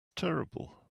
terrible